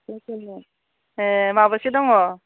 ए माबैसे दङ